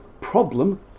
problem